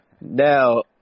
Now